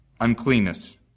uncleanness